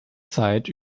zeit